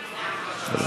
במקומה?